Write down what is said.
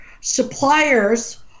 suppliers